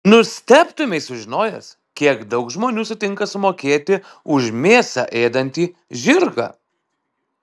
nustebtumei sužinojęs kiek daug žmonių sutinka sumokėti už mėsą ėdantį žirgą